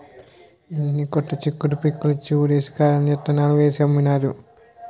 ఎన్ని కట్టు చిక్కుడు పిక్కల్ని ఉడిసి కాయల్ని ఇత్తనాలు చేసి అమ్మినారు